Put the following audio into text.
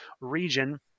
region